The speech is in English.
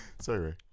Sorry